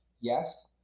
Yes